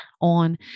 on